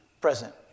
present